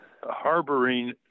harboring